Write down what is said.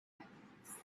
happiness